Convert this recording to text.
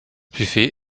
buffet